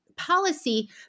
policy